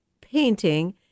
painting